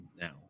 now